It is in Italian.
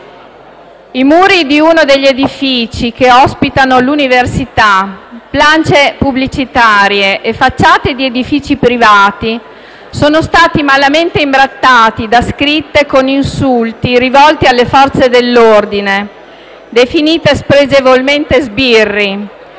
I muri di uno degli edifici che ospitano l'università, plance pubblicitarie e facciate di edifici privati sono stati malamente imbrattati da scritte con insulti rivolti alle Forze dell'ordine, definite spregevolmente sbirri,